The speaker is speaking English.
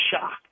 shocked